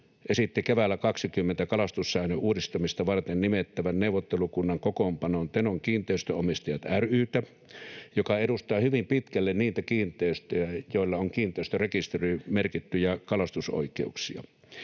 esitti keväällä 20 kalastussäännön uudistamista varten nimettävän neuvottelukunnan kokoonpanoon Tenon kiinteistönomistajat ry:tä, joka edustaa hyvin pitkälle niitä kiinteistöjä, joilla on kiinteistörekisteriin merkittyjä kalastusoikeuksia.